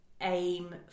aim